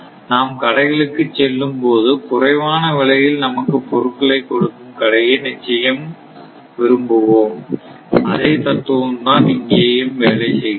நாம் கடைகளுக்குச் செல்லும்போது குறைவான விலையில் நமக்கு பொருட்களை கொடுக்கும் கடையே நிச்சயம் விரும்பும் அதே தத்துவம் தான் இங்கேயும் வேலை செய்கிறது